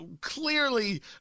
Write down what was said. clearly